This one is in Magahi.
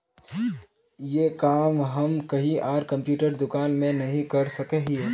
ये काम हम कहीं आर कंप्यूटर दुकान में नहीं कर सके हीये?